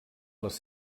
les